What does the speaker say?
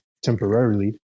temporarily